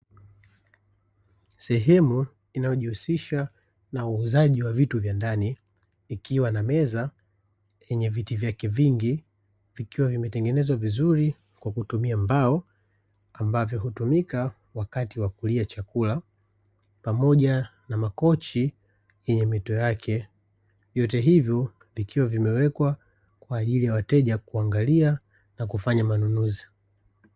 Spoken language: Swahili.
Sehemu inayojihusisha na uuzaji wa vitu vya ndani ikiwa na meza yenye viti vyake vingi vikiwa vimetengenezwa vizuri kwa kutumia mbao, ambavyo hutumika wakati wa kulia chakula; pamoja na makochi yenye mito yake. Vyote hivyo vikiwa vimewekwa kwa ajili ya wateja kuangalia na kufanya manunuzi.